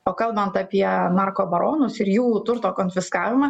o kalbant apie narko baronus ir jų turto konfiskavimą